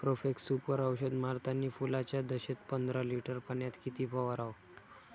Profex Super औषध मारतानी फुलाच्या दशेत पंदरा लिटर पाण्यात किती फवाराव?